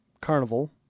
carnival